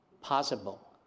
possible